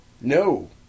no